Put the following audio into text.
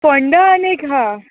पोंडा आनीक आहा